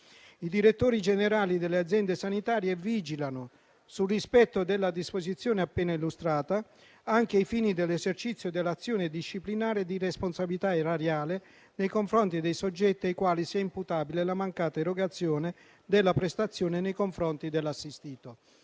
I direttori generali delle aziende sanitarie vigilano sul rispetto della disposizione appena illustrata anche ai fini dell'esercizio dell'azione disciplinare di responsabilità erariale nei confronti dei soggetti ai quali sia imputabile la mancata erogazione della prestazione nei confronti dell'assistito.